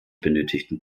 benötigten